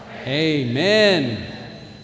Amen